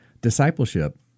discipleship